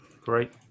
Great